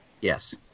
Yes